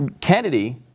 Kennedy